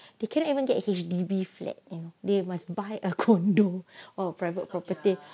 they cannot even get H_D_B flat eh they must buy a condo or private property